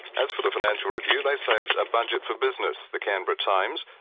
as for the financial review they say it's a budget for business. the canberra times,